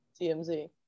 TMZ